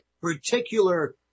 particular